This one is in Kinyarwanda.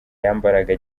yambaraga